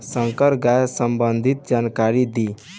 संकर गाय सबंधी जानकारी दी?